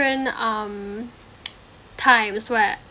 um times where